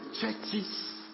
churches